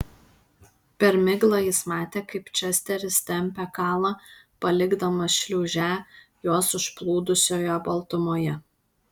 per miglą jis matė kaip česteris tempia kalą palikdamas šliūžę juos užplūdusioje baltumoje